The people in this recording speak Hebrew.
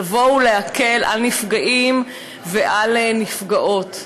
לבוא ולהקל על נפגעים ועל נפגעות.